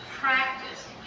Practice